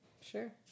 sure